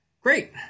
Great